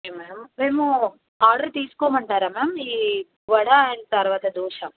okay madam మేము order తీసుకోమంటారా ma'am ఈ వడ అండ్ తర్వాత దోశ